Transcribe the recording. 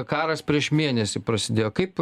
karas prieš mėnesį prasidėjo kaip